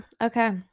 okay